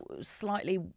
slightly